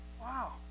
Wow